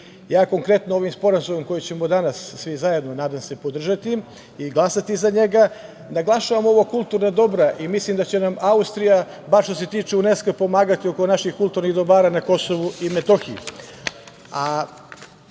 službi“.Konkretno, ovim sporazumom koji ćemo danas svi zajedno, nadam se, podržati i glasati za njega, naglašavam ovo „kulturno dobra“ i mislim da će nam Austrija, bar što se tiče UNESKO-a pomagati oko naših kulturnih dobara na KiM.Ovde stoji